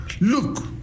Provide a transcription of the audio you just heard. look